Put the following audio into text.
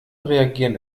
reagieren